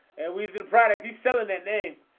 we see the product. he's selling that name.